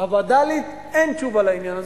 הווד”לים אין תשובה לעניין הזה.